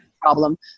problem